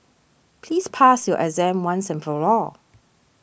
please pass your exam once and for all